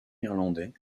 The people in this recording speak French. irlandais